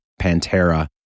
Pantera